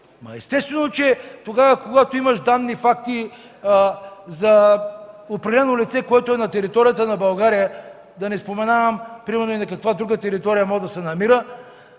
Естествено, че когато имаш данни и факти за определено лице, което е на територията на България, да не споменавам и на каква друга територия може да се намира,